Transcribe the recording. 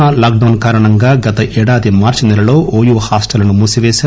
corona lockdowns కారణంగా గతేడాది మార్చి నెలలో ఓయూ హాస్టళ్లను మూసిపేశారు